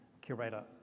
curator